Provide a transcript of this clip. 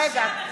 רגע.